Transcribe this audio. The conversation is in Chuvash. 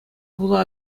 хула